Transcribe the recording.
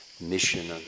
mission